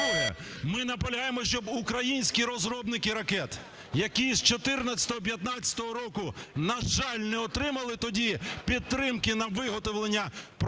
Ми наполягаємо, щоб українські розробники ракет, які з 2014-2015 років, на жаль, не отримали тоді підтримки на виготовлення протиракетних,